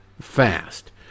fast